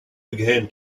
began